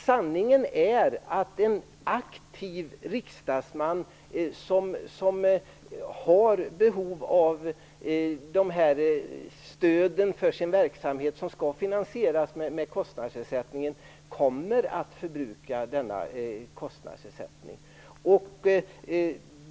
Sanningen är att en aktiv riksdagsman som har behov av dessa stöd för sin verksamhet, som skall finansieras med kostnadsersättningen, kommer att förbruka denna kostnadsersättning.